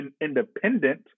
independent